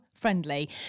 friendly